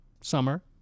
summer